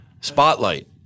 Spotlight